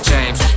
James